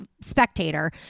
spectator